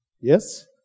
Yes